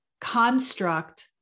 construct